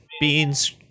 beans